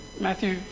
Matthew